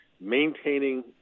maintaining